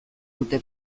dute